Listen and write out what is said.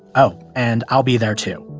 oh, and i'll be there, too